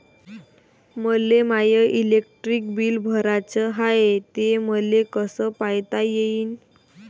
मले माय electric bill भराचं हाय, ते मले कस पायता येईन?